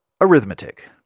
arithmetic